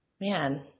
Man